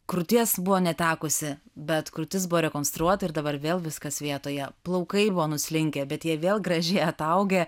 krūties buvo netekusi bet krūtis buvo rekonstruota ir dabar vėl viskas vietoje plaukai buvo nuslinkę bet jie vėl gražiai ataugę